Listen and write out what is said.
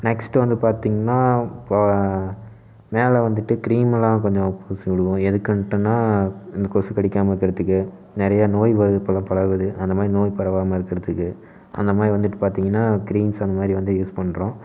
next வந்து பார்த்திங்னா இப்போ மேலே வந்துட்டு கிரீமெல்லாம் கொஞ்சம் பூசி விடுவோம் எதுக்குன்ட்டுனால் இந்த கொசு கடிக்காமல் இருக்கறத்துக்கு நிறைய நோய் வருது இப்போலாம் பரவுது அந்த மாதிரி நோய் பரவாமல் இருக்கிறதுக்கு அந்த மாதிரி வந்துட்டு பார்த்திங்கனா கிரீம்ஸ் அந்த மாதிரி வந்து யூஸ் பண்ணுறோம்